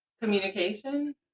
Communication